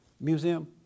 Museum